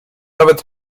nawet